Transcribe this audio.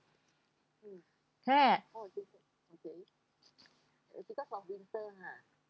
correct